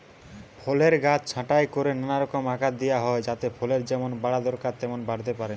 ফলের গাছ ছাঁটাই কোরে নানা রকম আকার দিয়া হয় যাতে ফলের যেমন বাড়া দরকার তেমন বাড়তে পারে